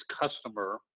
customer